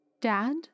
Dad